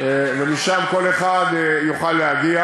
ומשם כל אחד יוכל להגיע.